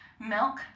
Milk